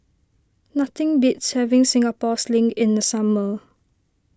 nothing beats having Singapore Sling in the summer